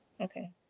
Okay